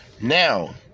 Now